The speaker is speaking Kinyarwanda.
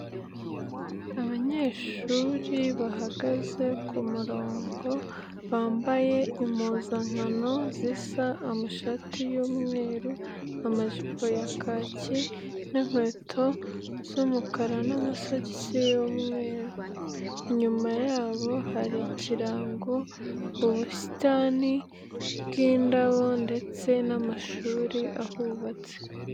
Abanyeshuri bahagaze ku murongo, bambaye impuzankano zisa amashati y'umweru, amajipo ya kaki n'inkweto z'umukara n'amasogisi y'umweru, inyuma yabo hari ikirango, ubusitani bw'indabo ndetse n'amashuri ahubatse.